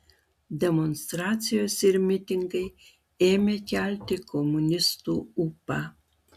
demonstracijos ir mitingai ėmė kelti komunistų ūpą